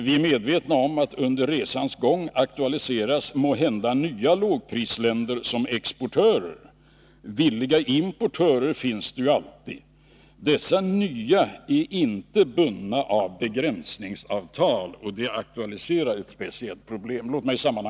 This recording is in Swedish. Vi är medvetna om att nya lågprisländer under resans gång måhända aktualiseras som exportörer. Villiga importörer finns det ju alltid. Dessa nya lågprisländer är inte bundna av begränsningsavtal. Det aktualiserar ett speciellt problem.